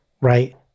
right